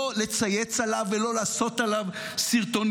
לא לצייץ עליו ולא לעשות סרטונים,